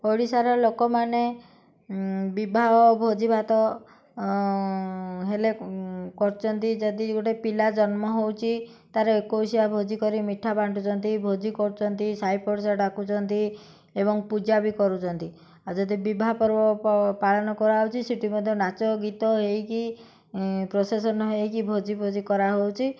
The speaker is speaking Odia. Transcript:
ଓଡ଼ିଶାର ଲୋକମାନେ ବିବାହ ଓ ଭୋଜିଭାତ ହେଲେ କରୁଛନ୍ତି ଯଦି ଗୋଟେ ପିଲା ଜନ୍ମ ହେଉଛି ତା'ର ଏକୋଇଶିଆ ଭୋଜି କରି ମିଠା ବାଣ୍ଟୁଛନ୍ତି ଭୋଜି କରୁଛନ୍ତି ସାଇ ପଡ଼ିଶା ଡାକୁଛନ୍ତି ଏବଂ ପୂଜା ବି କରୁଛନ୍ତି ଆଉ ଯଦି ବିବାହ ପର୍ବ ପାଳନ କରାହଉଛି ସେଠି ମଧ୍ୟ ନାଚ ଗୀତ ହେଇକି ପ୍ରସେସନ୍ ହେଇକି ଭୋଜି ଭୋଜି କରାହଉଛି